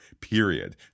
Period